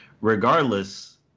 regardless